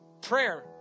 prayer